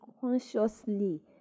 consciously